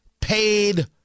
paid